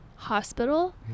hospital